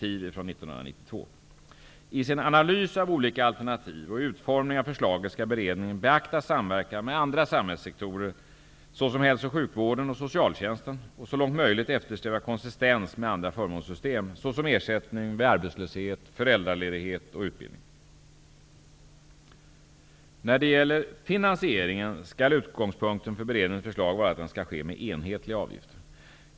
I sin analys av olika alternativ och i utformningen av förslagen skall beredningen beakta samverkan med andra samhällssektorer såsom hälso och sjukvården och socialtjänsten och så långt möjligt eftersträva konsistens med andra förmånssystem såsom ersättning vid arbetslöshet, föräldraledighet och utbildning. När det gäller finansieringen skall utgångspunkten för beredningens förslag vara att den skall ske med enhetliga avgifter.